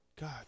God